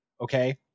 okay